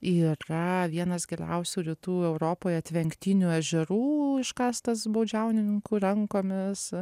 yra vienas giliausių rytų europoje tvenkinių ežerų iškastas baudžiauninkų rankomis